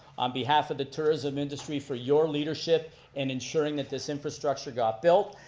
on behalf of the tourism industry for your leadership in ensuring that this infrastructure got built.